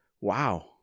wow